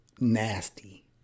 nasty